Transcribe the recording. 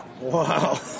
Wow